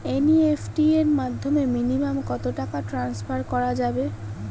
NEFT এর মাধ্যমে minimum কত টাকা টান্সফার করা যাবে?